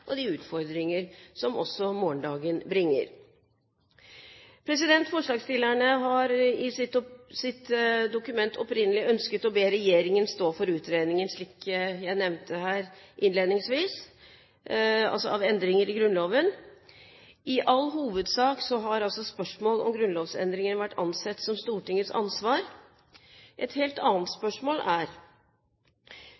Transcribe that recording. og de utfordringer som også morgendagen bringer. Forslagsstillerne har i sitt dokument opprinnelig ønsket å be regjeringen stå for utredningen av endringer i Grunnloven, slik jeg nevnte her innledningsvis. I all hovedsak har altså spørsmål om grunnlovsendringer vært ansett som Stortingets ansvar. Et helt annet